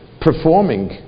performing